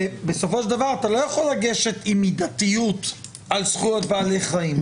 בסופו של דבר אתה לא יכול לגשת עם מדתיות על זכויות בעלי חיים.